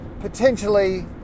potentially